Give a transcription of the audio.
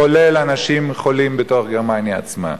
כולל אנשים חולים בתוך גרמניה עצמה.